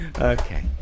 Okay